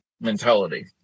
mentality